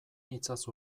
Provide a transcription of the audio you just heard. itzazu